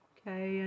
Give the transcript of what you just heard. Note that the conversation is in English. Okay